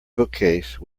bookcase